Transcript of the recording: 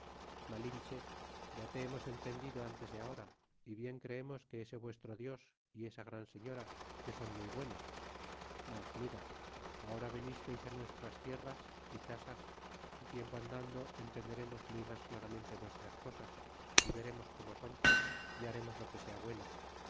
malinche ya te hemos entendido antes de ahora y bien creemos que ese vuestro dios y esa gran señora que son muy buenos mas mira ahora venistes á estas nuestras tierras y casas el tiempo andando entenderemos muy mas claramente vuestras cosas y veremos como son y haremos lo que sea bueno